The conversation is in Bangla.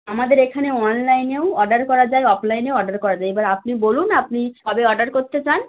আমাদের এখানে অনলাইনেও অর্ডার করা যায় অফলাইনেও অর্ডার করা যায় এবার আপনি বলুন আপনি কবে অর্ডার করতে চান